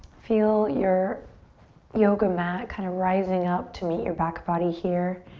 feel your yoga mat kind of rising up to meet your back body here.